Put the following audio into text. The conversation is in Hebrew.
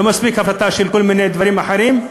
לא מספיקה ההפרטה של כל מיני דברים אחרים,